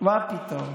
מה פתאום,